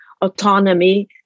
autonomy